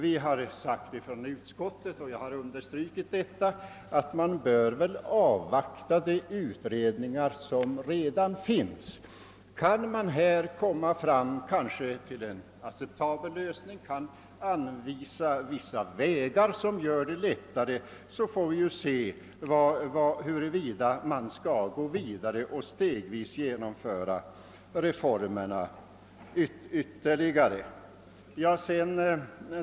Vi har ifrån utskottets sida sagt, och jag har understrukit det, att man bör avvakta resultatet av de utredningar som redan pågår. Kan man genom dessa kanske komma fram till .en acceptabel lösning, kan man anvisa vissa vägar till förbättringar, så får vi se, huruvida man skall gå vidare och stegvis genomföra ytterligare reformer.